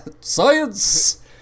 science